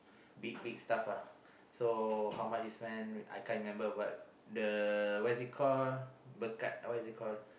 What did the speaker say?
big big stuff uh so how is the stuff what is it called